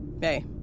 Hey